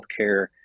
healthcare